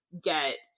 get